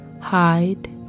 hide